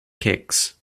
kicks